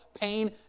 pain